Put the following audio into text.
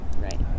right